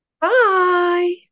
Bye